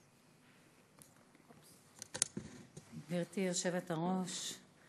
גברתי היושבת-ראש,